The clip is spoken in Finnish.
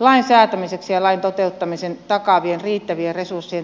lain säätämiseksi ja lain toteutumisen takaavien riittävien resurssien turvaamiseksi